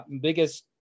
Biggest